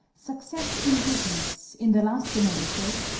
success in business, in the last analysis,